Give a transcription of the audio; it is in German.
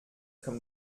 kommt